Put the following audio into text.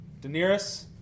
Daenerys